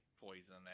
poison